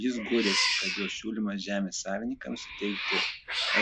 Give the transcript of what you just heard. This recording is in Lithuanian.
jis guodėsi kad jo siūlymas žemės savininkams suteikti